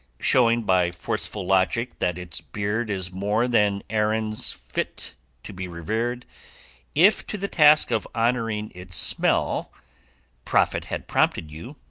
showing by forceful logic that its beard is more than aaron's fit to be revered if to the task of honoring its smell profit had prompted you,